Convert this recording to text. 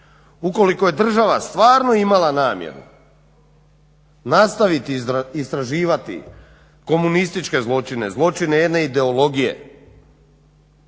Ukoliko je država stvarno imala namjeru nastaviti istraživati komunističke zločine, zločine jedne ideologije